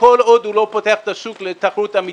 כל עוד הוא לא פותח את השוק לתחרות אמתית.